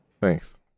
Thanks